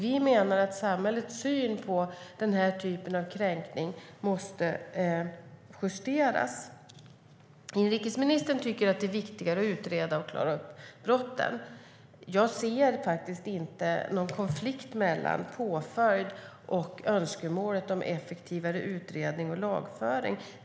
Vi menar att samhällets syn på denna typ av kränkning måste justeras. Inrikesministern tycker att det är viktigare att utreda och klara upp brotten. Jag ser inte någon konflikt mellan påföljd och önskemålet om effektivare utredning och lagföring.